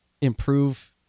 improve